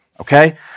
okay